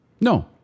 No